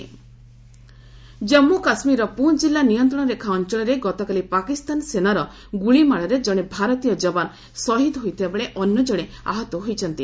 JK ମର୍ଟୟର୍ଡ ଜାନ୍ମୁ କାଶ୍ମୀରର ପୁଞ୍ ଜିଲ୍ଲା ନିୟନ୍ତ୍ରଣରେଖା ଅଞ୍ଚଳରେ ଗତକାଲି ପାକିସ୍ତାନ ସେନାର ଗୁଳିମାଡ଼ରେ ଜଣେ ଭାରତୀୟ ଯବାନ ଶହୀଦ ହୋଇଥିଲାବେଳେ ଅନ୍ୟ ଜଣେ ଆହତ ହୋଇଛନ୍ତି